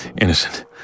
innocent